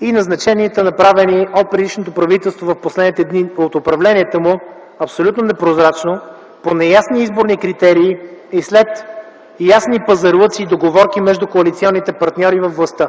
и назначенията направени от предишното правителство в последните дни от управлението му абсолютно непрозрачно, по неясни изборни критерии и след ясни пазарлъци и договорки между коалиционните партньори във властта.